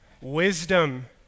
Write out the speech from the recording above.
Wisdom